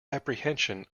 apprehension